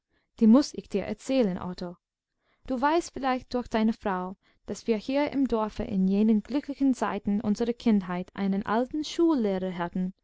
die muß ich dir erzählen otto du weißt vielleicht durch deine frau daß wir hier im dorfe in jenen glücklichen zeiten unserer kindheit einen alten schullehrer